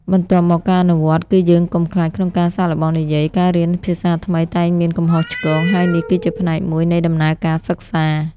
បន្ទាប់មកការអនុវត្តន៍ គឺយើងកុំខ្លាចក្នុងការសាកល្បងនិយាយ ការរៀនភាសាថ្មីតែងមានកំហុសឆ្គង ហើយនេះគឺជាផ្នែកមួយនៃដំណើរការសិក្សា។